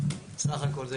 סך הכל זה